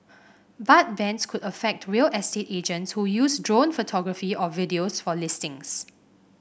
but bans could affect real estate agents who use drone photography or videos for listings